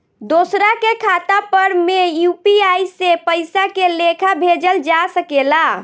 दोसरा के खाता पर में यू.पी.आई से पइसा के लेखाँ भेजल जा सके ला?